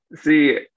See